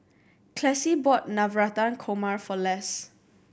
Classie bought Navratan Korma for Les